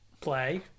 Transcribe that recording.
Play